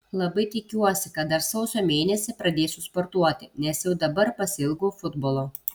labai tikiuosi kad dar sausio mėnesį pradėsiu sportuoti nes jau dabar pasiilgau futbolo